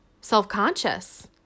self-conscious